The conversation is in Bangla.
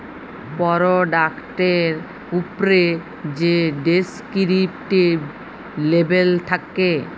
পরডাক্টের উপ্রে যে ডেসকিরিপ্টিভ লেবেল থ্যাকে